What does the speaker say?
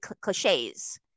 cliches